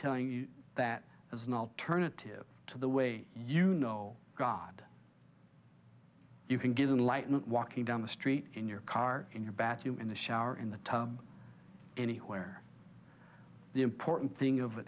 telling you that as an alternative to the way you know god you can give him light not walking down the street in your car in your bathroom in the shower in the tub anywhere the important thing